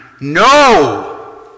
No